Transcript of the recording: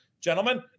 Gentlemen